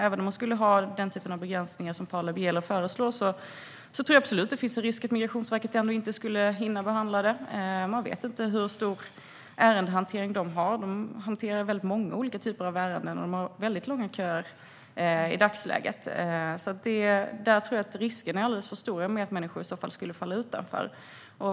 Även om man skulle ha den typ av begränsningar som Paula Bieler föreslår tror jag absolut att det finns risk att Migrationsverket inte skulle hinna behandla ärenden. Vi vet inte hur stor ärendehantering man har. Man hanterar många olika typer av ärenden och har i dagsläget väldigt långa köer. Jag tror att risken är alldeles för stor att människor i så fall skulle falla utanför.